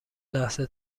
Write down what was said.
لحظه